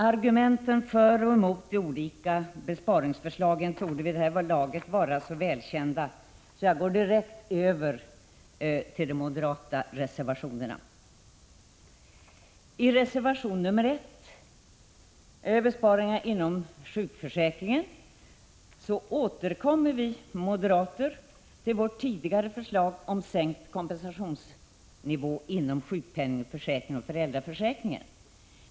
Argumenten för och emot de olika besparingsförslagen torde vid det här laget vara så välkända att jag kan gå direkt över till de moderata I reservation 1, Besparingar inom sjukförsäkringen, återkommer vi moderater till vårt tidigare förslag om sänkt kompensationsnivå inom sjukpenningförsäkringen och föräldraförsäkringen.